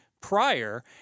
prior